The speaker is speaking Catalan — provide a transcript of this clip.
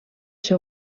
ser